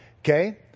Okay